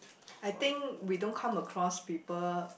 I think we don't come across people